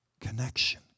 connection